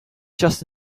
just